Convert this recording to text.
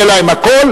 יהיה להם הכול,